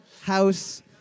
house